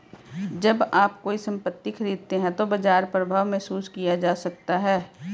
जब आप कोई संपत्ति खरीदते हैं तो बाजार प्रभाव महसूस किया जा सकता है